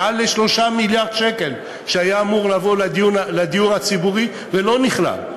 מעל ל-3 מיליארד שקל שהיו אמורים לבוא לדיור הציבורי ולא נכללו,